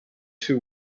two